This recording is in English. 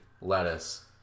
lettuce